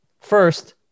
First